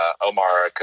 Omar